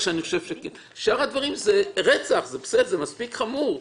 שאר הדברים זה רצח ורצח זה מספיק חמור.